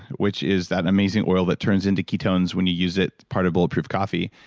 which is that amazing oil that turns into ketones when you use it part of bulletproof coffee,